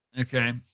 okay